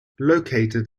located